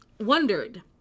wondered